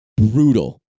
brutal